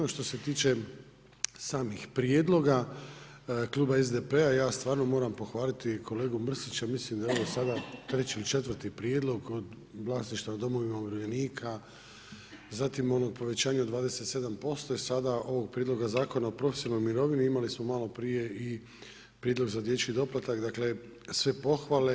A što se tiče samih prijedloga kluba SDP-a ja stvarno moram pohvaliti kolegu Mrsića, mislim da je ovo sada treći ili četvrti prijedlog od vlasništva u domovima umirovljenika, zatim ono povećanje od 27% i sada ovog Prijedloga zakona o profesionalnoj mirovini, imali smo malo prijedlog za dječji doplatak, dakle sve pohvale.